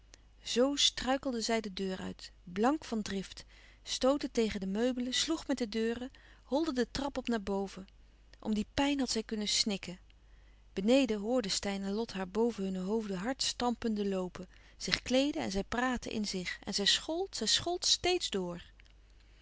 zoo struikelde zij de deur uit blank van drift stootte tegen de meubelen sloeg met de deuren holde de trap op naar boven om die pijn had zij kunnen snikken beneden hoorden steyn en lot haar boven hunne hoofden hard stampende loopen zich kleeden en zij praatte in zich en zij schold zij schold steeds door